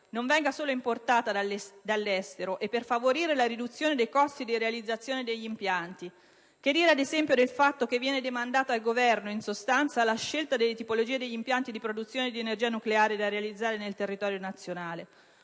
non venga solo importata dall'estero, e per favorire la riduzione dei costi di realizzazione degli impianti. Che dire ad esempio del fatto che viene demandata al Governo in sostanza la scelta delle tipologie degli impianti di produzione di energia nucleare da realizzare nel territorio nazionale?